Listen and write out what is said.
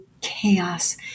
chaos